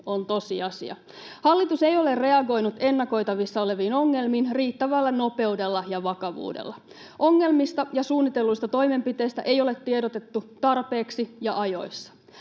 on tosiasia. Hallitus ei ole reagoinut ennakoitavissa oleviin ongelmiin riittävällä nopeudella ja vakavuudella. Ongelmista ja suunnitelluista toimenpiteistä ei ole tiedotettu tarpeeksi ja ajoissa.